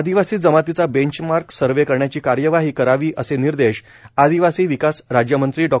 आदिवासी जमातीचा benchmark survey करण्याची कार्यवाही करावी असे निर्देश आदिवासी विकास राज्यमंत्री डॉ